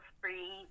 free